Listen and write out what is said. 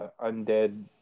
undead